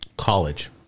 college